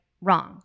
wrong